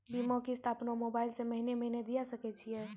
बीमा किस्त अपनो मोबाइल से महीने महीने दिए सकय छियै?